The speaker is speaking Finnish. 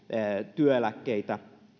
työeläkkeitä